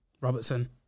Robertson